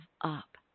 up